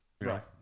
Right